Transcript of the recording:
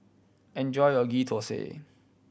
enjoy your Ghee Thosai